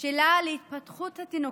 שלה להתפתחות התינוקות.